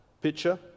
picture